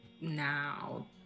now